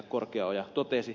korkeaoja totesi